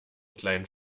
kleinen